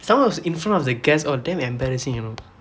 somemore it was in front of the guests all damn embarrassing you know